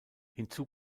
hinzu